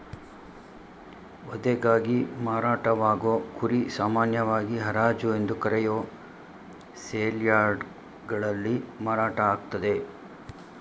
ವಧೆಗಾಗಿ ಮಾರಾಟವಾಗೋ ಕುರಿ ಸಾಮಾನ್ಯವಾಗಿ ಹರಾಜು ಎಂದು ಕರೆಯೋ ಸೇಲ್ಯಾರ್ಡ್ಗಳಲ್ಲಿ ಮಾರಾಟ ಆಗ್ತದೆ